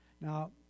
Now